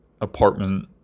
apartment